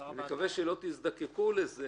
אני מקווה שלא תזדקקו לזה,